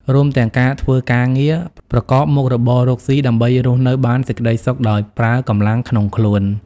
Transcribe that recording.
រួមទាំងកាធ្វើការរងារ ប្រកបមុខរបរកស៊ី ដើម្បីរស់នៅបានសេចក្ដីសុខដោយប្រើកម្លាំងក្នុងខ្លួន។